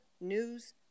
news